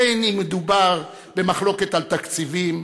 בין אם מדובר במחלוקת על תקציבים,